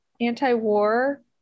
Anti-war